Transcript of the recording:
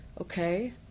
okay